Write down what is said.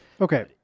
Okay